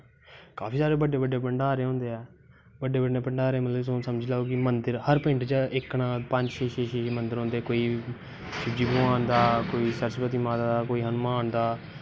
काफी जादा बड्डे बड्डे भण्डारे होंदे ऐं बड्डे बड्डे भण्डारे समझी लैओ इक ना हर पिंड च इक ना शीशू दी मन्दर आंदे इक ना शिवजी भगवान दा सरस्वती माता दा कोई हनुमान दा